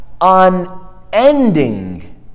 unending